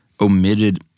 omitted